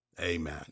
amen